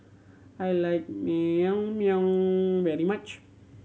I like Naengmyeon very much